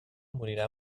morirà